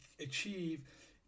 achieve